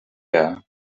air